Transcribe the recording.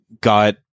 got